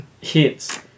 hits